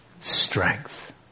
strength